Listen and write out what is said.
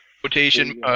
quotation